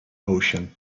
ocean